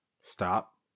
stop